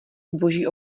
zboží